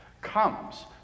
comes